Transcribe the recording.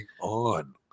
on